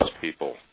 people